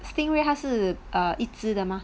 stingray 它是 err 一只的吗